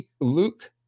Luke